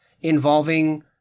involving